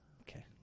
okay